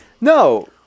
No